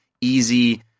easy